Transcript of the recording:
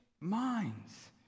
minds